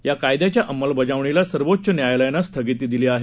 या कायद्यांच्या अंमलबजावणीला सर्वोच्च न्यायालयानं स्थगिती दिली आहे